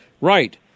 Right